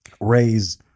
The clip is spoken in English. raise